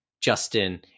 Justin